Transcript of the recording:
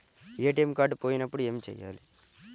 ATM card పోయినప్పుడు ఏమి చేయాలి?